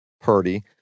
Purdy